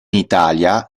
italia